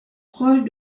proche